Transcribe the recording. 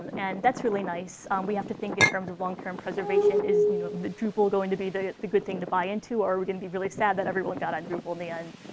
and that's really nice. we have to think in terms of long-term preservation. is you know the drupal going to be the the good thing to buy into? or are we going to be really sad that everyone got on drupal in the end?